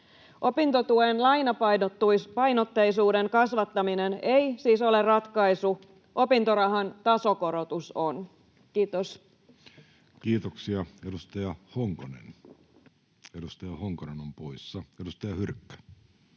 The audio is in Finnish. Opintotuen lainapainotteisuuden kasvattaminen ei siis ole ratkaisu. Opintorahan tasokorotus on. — Kiitos. Kiitoksia. — Edustaja Honkonen on poissa, edustaja Hyrkkö